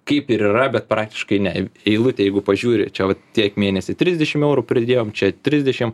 kaip ir yra bet praktiškai ne eilutė jeigu pažiūri čia va tiek mėnesį trisdešim eurų pridėjom čia trisdešim